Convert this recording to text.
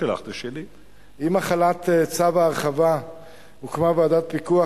עם החלת צו ההרחבה הוקמה ועדת פיקוח